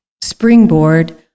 springboard